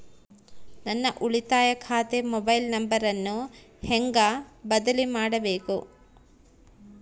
ನನ್ನ ಉಳಿತಾಯ ಖಾತೆ ಮೊಬೈಲ್ ನಂಬರನ್ನು ಹೆಂಗ ಬದಲಿ ಮಾಡಬೇಕು?